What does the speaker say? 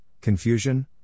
confusion